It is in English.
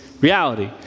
reality